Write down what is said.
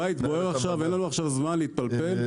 הבית בוער עכשיו ואין לנו זמן להתפלפל.